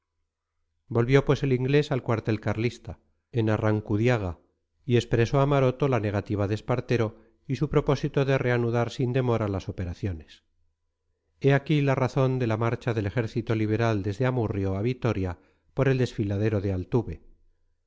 volvió pues el inglés al cuartel carlista en arrancudiaga y expresó a maroto la negativa de espartero y su propósito de reanudar sin demora las operaciones he aquí la razón de la marcha del ejército liberal desde amurrio a vitoria por el desfiladero de altuve